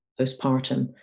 postpartum